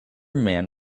man